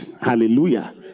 Hallelujah